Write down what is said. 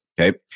Okay